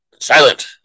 Silent